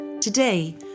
Today